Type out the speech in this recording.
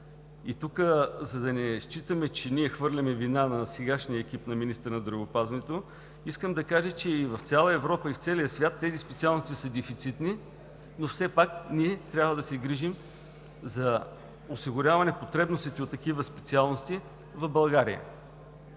Тук, за да не считаме, че ние хвърляме вина на сегашния екип на министъра на здравеопазването, искам да кажа, че в цяла Европа и в целия свят тези специалности са дефицитни, но все пак ние трябва да се грижим за осигуряване потребностите от такива специалности в България.